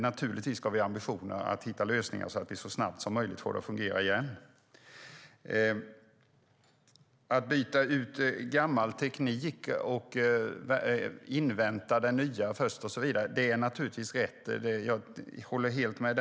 Naturligtvis ska vi ha ambitionen att hitta lösningar så att vi så snabbt som möjligt får det att fungera igen. Att invänta det nya först när man ska byta ut gammal teknik är rätt; jag håller helt med.